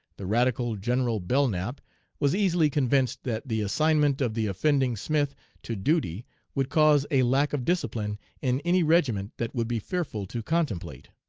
the radical general belknap was easily convinced that the assignment of the unoffending smith to duty would cause a lack of discipline in any regiment that would be fearful to contemplate.